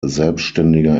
selbständiger